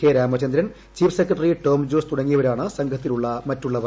K Ramachandran chief secretary Tom Jose തുടങ്ങിയവരാണ് സംഘത്തിലുള്ള മറ്റുള്ളവർ